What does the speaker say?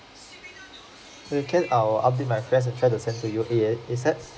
can I will update my friends and try to send you A_S A_S_A_P